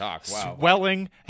swelling